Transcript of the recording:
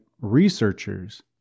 researchers